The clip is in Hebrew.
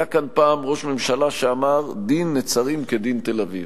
היה כאן פעם ראש ממשלה שאמר "דין נצרים כדין תל-אביב".